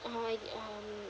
uh um